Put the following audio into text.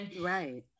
right